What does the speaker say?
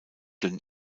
dünn